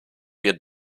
wir